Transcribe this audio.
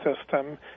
system